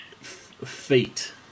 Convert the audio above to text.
Feet